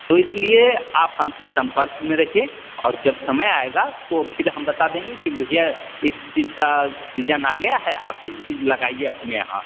तो इसलिए आप हमसे सम्पर्क में रहिए और जब समय आएगा तो फिर हम बता देंगे कि भैया इस चीज का सीजन आ गया है आप इस चीज लगाइए आपने यहाँ